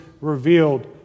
revealed